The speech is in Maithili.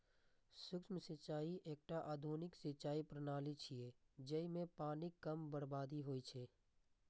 सूक्ष्म सिंचाइ एकटा आधुनिक सिंचाइ प्रणाली छियै, जइमे पानिक कम बर्बादी होइ छै